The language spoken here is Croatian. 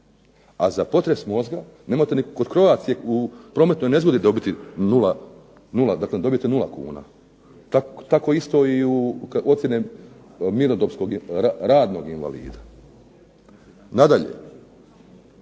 A za potres mozga nemate ni kod Croatie u prometnoj nezgodi dobijete nula kuna. Tako isto i u ... mirnodobskog radnog invalida. Nadalje,